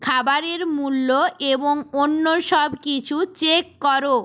খাবারের মূল্য এবং অন্য সব কিছু চেক করো